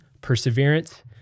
perseverance